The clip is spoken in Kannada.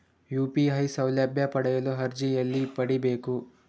ಯು.ಪಿ.ಐ ಸೌಲಭ್ಯ ಪಡೆಯಲು ಅರ್ಜಿ ಎಲ್ಲಿ ಪಡಿಬೇಕು?